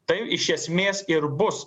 tai iš esmės ir bus